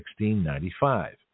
1695